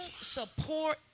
support